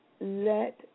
let